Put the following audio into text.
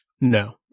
No